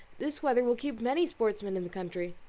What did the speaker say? this weather will keep many sportsmen in the country.